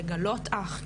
לגלות אח,